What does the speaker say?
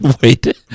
Wait